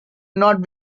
not